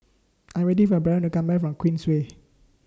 I Am waiting For Barron to Come Back from Queensway